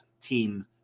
team